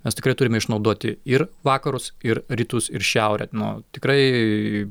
mes tikrai turime išnaudoti ir vakarus ir rytus ir šiaurę nu tikrai